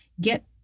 get